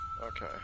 okay